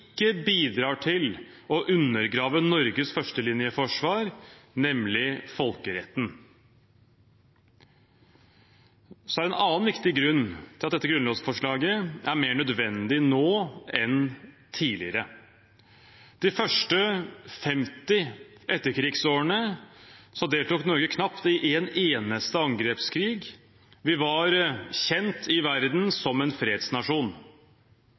bidrar til å undergrave Norges førstelinjeforsvar, nemlig folkeretten. Det er også en annen viktig grunn til at dette grunnlovsforslaget er mer nødvendig nå enn tidligere. De første 50 etterkrigsårene deltok Norge knapt i en eneste angrepskrig. Vi var kjent i verden som en fredsnasjon.